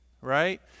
right